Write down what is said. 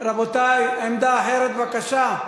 רבותי, עמדה אחרת, בבקשה.